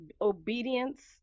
obedience